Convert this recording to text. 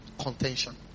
Contention